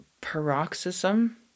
paroxysm